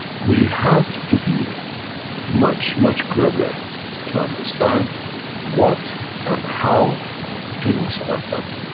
we have to be much, much cleverer to understand what and how things are done.